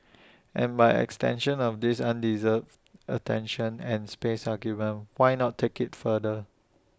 and by extension of this undeserved attention and space argument why not take IT further